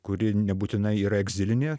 kuri nebūtinai yra egzilinė